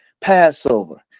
Passover